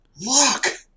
look